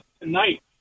tonight